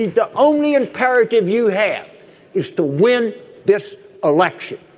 the only imperative you have is to win this election.